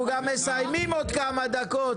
אנחנו גם מסיימים בעוד כמה דקות.